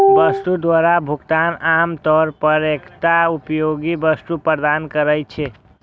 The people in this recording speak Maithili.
वस्तु द्वारा भुगतान आम तौर पर एकटा उपयोगी वस्तु प्रदान करै छै